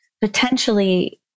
potentially